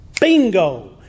bingo